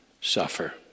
suffer